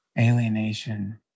alienation